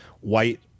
white